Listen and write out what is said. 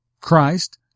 Christ